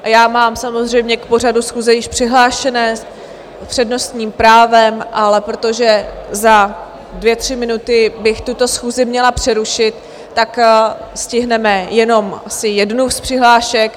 A já mám samozřejmě k pořadu schůze již přihlášené s přednostním právem, ale protože za dvě, tři minuty bych tuto schůzi měla přerušit, stihneme jenom asi jednu z přihlášek.